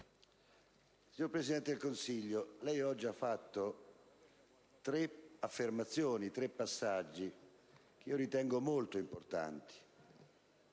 signor Presidente del Consiglio oggi ha fatto tre affermazioni, tre passaggi che ritengo molto importanti.